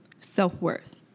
self-worth